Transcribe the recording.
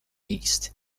east